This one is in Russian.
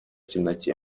темноте